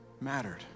mattered